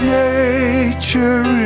nature